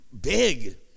big